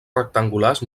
rectangulars